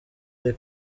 ari